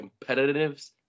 competitiveness